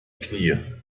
knie